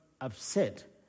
upset